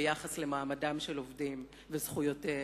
ביחס למעמד של עובדים וזכויותיהם.